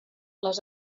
les